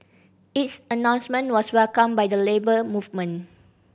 its announcement was welcomed by the Labour Movement